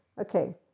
okay